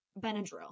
benadryl